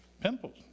Pimples